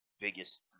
biggest